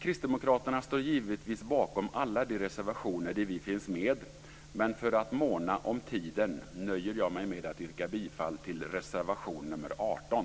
Kristdemokraterna står givetvis bakom alla reservationer där vi finns med, men för att måna om tiden nöjer jag mig med att yrka bifall till reservation 18.